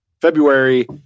February